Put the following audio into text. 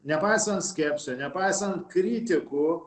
nepaisant skepsio nepaisant kritikų